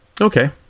Okay